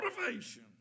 motivation